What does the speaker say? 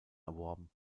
erworben